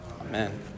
Amen